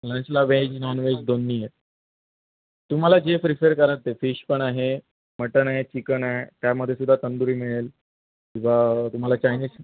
लंचला veg non veg दोन्ही आहेत तुम्हाला जे प्रिफेर करायचं आहे फिश पण आहे मटण आहे चिकन आहे त्यामध्येसुद्धा तंदुरी मिळेल किंवा तुम्हाला चायनीज